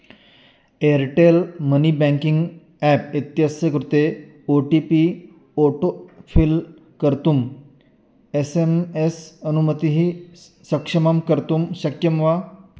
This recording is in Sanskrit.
एर्टेल् मनि बेङ्किङ्ग् एप् इत्यस्य कृते O T P auto fill कर्तुम् एस् एम् एस् अनुमतिं स् सक्षमां कर्तुं शक्यं वा